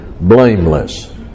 blameless